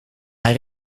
hij